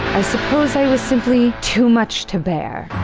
i suppose i was simply, too much to bare,